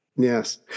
Yes